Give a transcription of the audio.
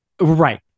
right